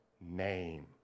name